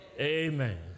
Amen